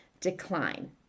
decline